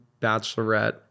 Bachelorette